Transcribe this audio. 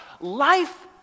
Life